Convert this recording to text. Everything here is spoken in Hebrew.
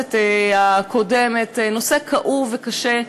בכנסת הקודמת, נושא כאוב וקשה,